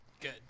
Good